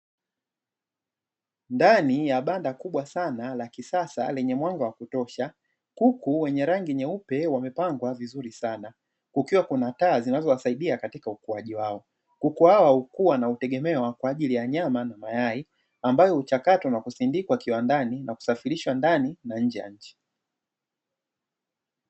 Ndani ya banda kubwa sana la kisasa lenye mwanga wa kutosha, kuku wenye rangi nyeupe wamepangwa vizuri sana, kukiwa kuna taa zinazowasaidia katika ukuaji wao. Kuku hao hukua na hutegemewa kwa ajili ya nyama na mayai, ambayo huchakatwa na kusindindikwa kiwandani na kusafirishwa nje ya nchi.